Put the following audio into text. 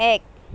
এক